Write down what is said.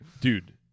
Dude